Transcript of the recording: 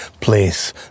place